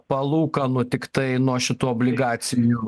palūkanų tiktai nuo šitų obligacijų